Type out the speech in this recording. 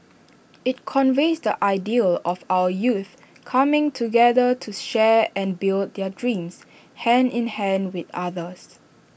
IT conveys the ideal of our youth coming together to share and build their dreams hand in hand with others